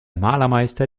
malermeister